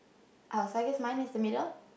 uh so I guess mine is the middle